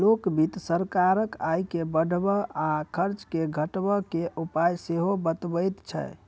लोक वित्त सरकारक आय के बढ़बय आ खर्च के घटबय के उपाय सेहो बतबैत छै